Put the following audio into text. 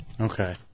Okay